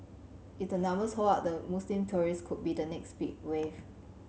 if the numbers hold up the Muslim tourist could be the next big wave